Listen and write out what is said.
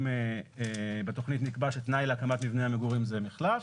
אם בתוכנית נקבע שתנאי להקמת מבנה המגורים זה מחלף